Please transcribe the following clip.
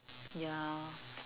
ya